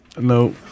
no